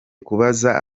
kubaza